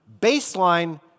baseline